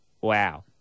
Wow